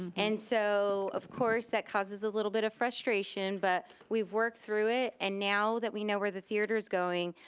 and so of course that causes a little bit of frustration, but we've worked through it and now that we know where the theater's going,